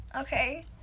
okay